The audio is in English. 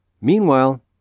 Meanwhile